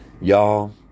Y'all